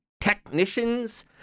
technicians